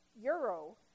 euro